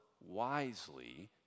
wisely